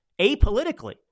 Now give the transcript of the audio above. apolitically